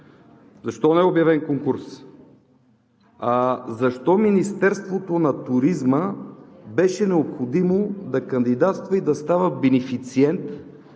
Защо не е обявен конкурс? Защо Министерството на туризма беше необходимо да кандидатства и да става бенефициент